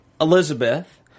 Elizabeth